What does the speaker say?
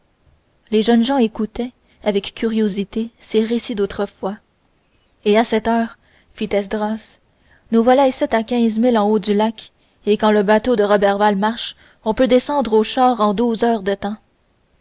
les jeunes gens écoutaient avec curiosité ces récits d'autrefois et à cette heure fit esdras nous voilà icitte à quinze milles en haut du lac et quand le bateau de roberval marche on peut descendre aux chars en douze heures de temps